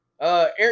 Eric